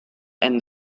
and